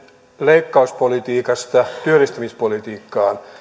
leikkauspolitiikasta työllistämispolitiikkaan